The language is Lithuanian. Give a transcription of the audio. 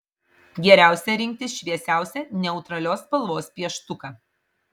geriausia rinktis šviesiausią neutralios spalvos pieštuką